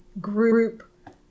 group